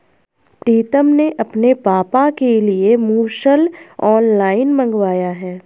प्रितम ने अपने पापा के लिए मुसल ऑनलाइन मंगवाया है